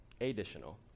additional